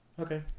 Okay